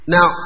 Now